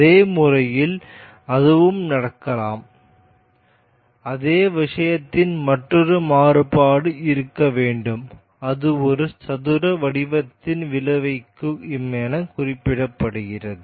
அதே முறையில் அதுவும் நடக்கலாம் அதே விஷயத்தின் மற்றொரு மாறுபாடு இருக்க வேண்டும் அது ஒரு சதுர வடிவத்தை விளைவிக்கும் என குறிக்கப்படுகிறது